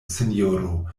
sinjoro